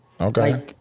Okay